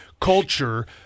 culture